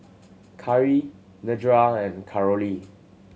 Cari Nedra and Carolee